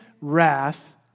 wrath